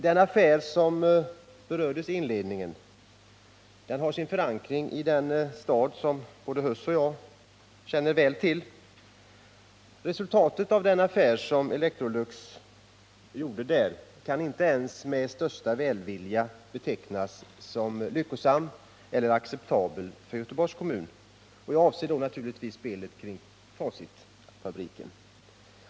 Den affär som berörs i inledningen har sin förankring i en stad som både industriminister Huss och jag känner väl till. Resultatet av den affär som Electrolux gjorde där kan inte ens med största välvilja betecknas som lyckosam eller acceptabel för Göteborgs kommun. Jag avser naturligtvis spelet kring Facitfabriken.